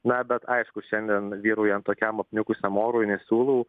na bet aišku šiandien vyraujant tokiam apniukusiam orui nesiūlau